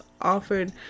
offered